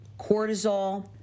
Cortisol